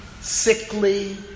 sickly